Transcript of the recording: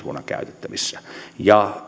vuonna käytettävissä ja